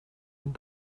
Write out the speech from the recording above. and